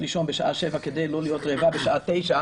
לישון בשעה שבע כדי לא להיות רעבה בשעה תשע